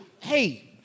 hey